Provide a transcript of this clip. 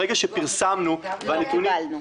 ברגע שפרסמנו והנתונים --- לא קיבלנו.